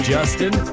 Justin